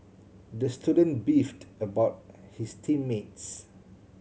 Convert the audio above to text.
the student beefed about his team mates